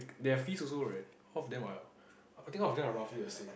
there are fees also right of them well I think all of them roughly the same